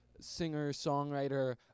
singer-songwriter